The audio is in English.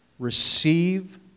Receive